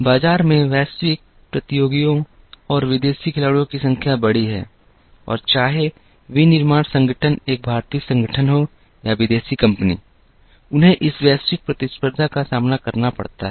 बाजार में वैश्विक प्रतियोगियों और विदेशी खिलाड़ियों की संख्या बड़ी है और चाहे विनिर्माण संगठन एक भारतीय संगठन हो या विदेशी कंपनी उन्हें इस वैश्विक प्रतिस्पर्धा का सामना करना पड़ता है